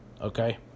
okay